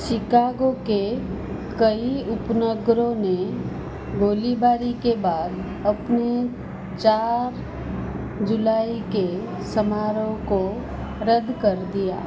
Chicago के कई उपनगरों ने गोलीबारी के बाद अपने चार जुलाई के समारोह को रद्द कर दिया